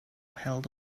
held